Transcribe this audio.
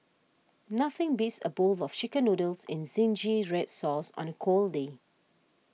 nothing beats a bowl of Chicken Noodles in Zingy Red Sauce on a cold day